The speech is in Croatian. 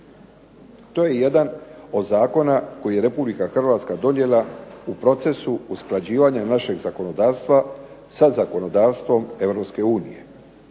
To je jedan od zakona koji je Republika Hrvatska donijela u procesu usklađivanja našeg zakonodavstva sa zakonodavstvom